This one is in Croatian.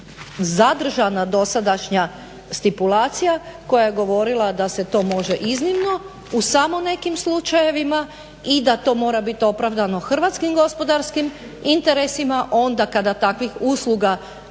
zadržana dosadašnja stipulacija koja je govorila da se to može samo iznimno u samo nekim slučajevima i da to mora biti opravdano hrvatskim gospodarskim interesima onda kada se takve usluge